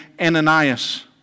Ananias